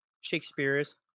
Shakespeare's